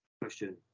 question